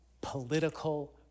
political